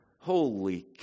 Holy